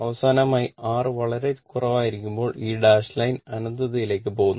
അവസാനമായി R വളരെ കുറവായിരിക്കുമ്പോൾ ഈ ഡാഷ് ലൈൻ അനന്തതയിലേക്ക് പോകുന്നു